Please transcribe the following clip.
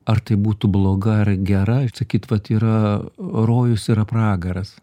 ar tai būtų bloga ar gerai sakyt vat yra rojus yra pragaras